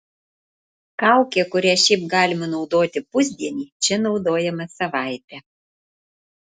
kaukė kurią šiaip galima naudoti pusdienį čia naudojama savaitę